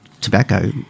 tobacco